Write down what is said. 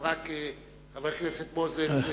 אז רק חבר הכנסת מוזס שואל.